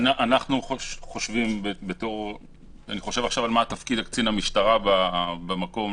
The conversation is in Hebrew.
אני מנסה לחשוב על התפקיד של קצין המשטרה בעניין הזה.